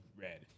red